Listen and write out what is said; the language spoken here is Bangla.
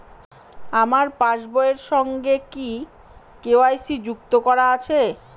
আমার পাসবই এর সঙ্গে কি কে.ওয়াই.সি যুক্ত করা আছে?